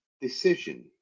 decision